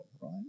Right